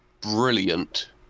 brilliant